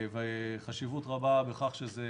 ביטוי, אני מוצא חשיבות רבה בכך שזה